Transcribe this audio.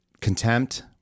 Contempt